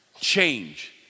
change